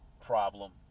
Problem